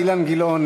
אילן גילאון,